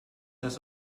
das